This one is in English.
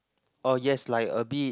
uh yes like a bit